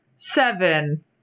Seven